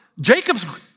Jacob's